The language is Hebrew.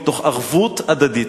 מתוך ערבות הדדית.